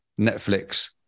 Netflix